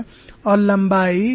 और लंबाई l है